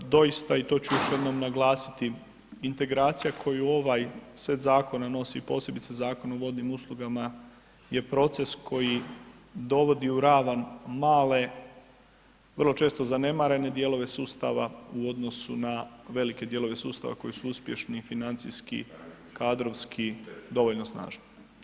Doista i to ču još jednom naglasiti, integracija koju ovaj set zakona, posebice Zakona o vodnim uslugama je proces koji dovodi u ravan male vrlo često zanemarene dijelove sustava u odnosu na velike dijelove sustava koji su uspješni financijski i kadrovski dovoljno snažni.